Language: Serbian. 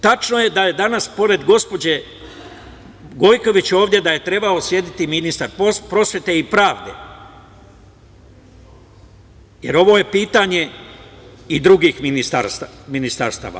Tačno je da je danas pored gospođe Gojković ovde trebao sedeti ministar prosvete i pravde, jer ovo je pitanje i drugih ministarstava.